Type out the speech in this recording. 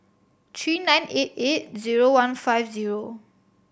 three nine eight eight zero one five zero